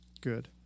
Good